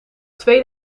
twee